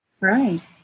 Right